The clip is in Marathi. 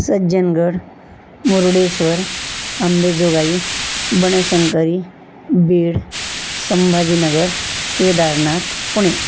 सज्जनगड मुरडेश्वर आंबेजोगाई बनशंकरी बीड संभाजीनगर केदारनाथ पुणे